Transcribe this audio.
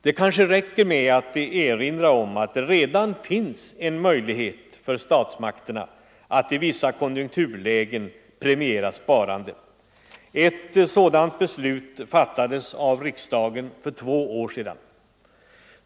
Det kanske räcker med att erinra om att det redan finns en möjlighet för statsmakterna att i vissa konjunkturlägen premiera sparandet. Ett sådant beslut fattades i riksdagen för två år sedan.